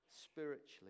spiritually